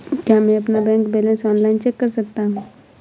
क्या मैं अपना बैंक बैलेंस ऑनलाइन चेक कर सकता हूँ?